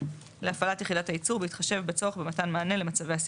להפעלת יחידת הייצור בהתחשב בצורך במתן מענה למצבי הסיכון.